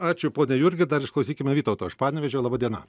ačiū pone jurgi dar išklausykime vytauto iš panevėžio laba diena